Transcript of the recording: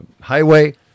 highway